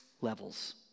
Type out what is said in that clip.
levels